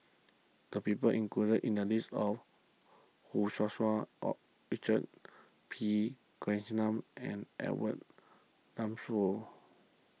the people included in the list are Hu Tsu Tau Richard P Krishnan and Edwin Thumboo